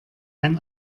ein